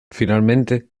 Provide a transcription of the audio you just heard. finalmente